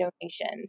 donations